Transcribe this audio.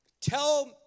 tell